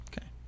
Okay